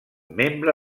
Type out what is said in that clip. membre